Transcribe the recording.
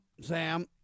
Sam